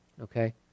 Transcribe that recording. Okay